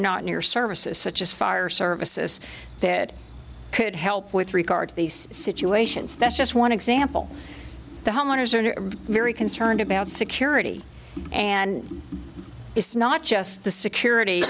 not near services such as fire services that could help with regard to these situations that's just one example the homeowners are very concerned about secure and it's not just the security